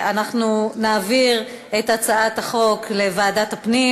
2015, לוועדת הפנים